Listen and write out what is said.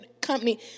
company